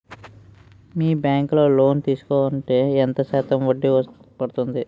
మీ bank లో loan తీసుకుంటే ఎంత శాతం వడ్డీ పడ్తుంది?